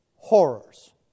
horrors